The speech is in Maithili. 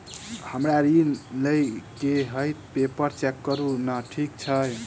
हमरा ऋण लई केँ हय पेपर चेक करू नै ठीक छई?